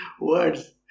words